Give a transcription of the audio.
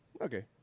Okay